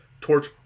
Torch